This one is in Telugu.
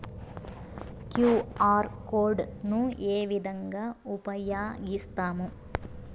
క్యు.ఆర్ కోడ్ ను ఏ విధంగా ఉపయగిస్తాము?